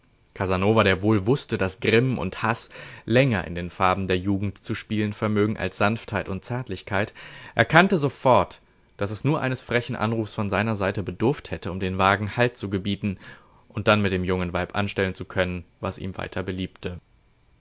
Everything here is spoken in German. casanova der wohl wußte daß grimm und haß länger in den farben der jugend zu spielen vermögen als sanftheit und zärtlichkeit erkannte sofort daß es nur eines frechen anrufs von seiner seite bedurft hätte um dem wagen halt zu gebieten und dann mit dem jungen weib anstellen zu können was ihm weiter beliebte